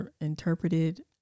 interpreted